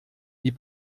die